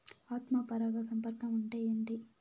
ఆత్మ పరాగ సంపర్కం అంటే ఏంటి?